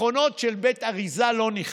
מכונות של בית אריזה, לא נכלל,